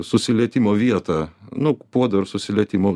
susilietimo vietą nu puodo ir susilietimo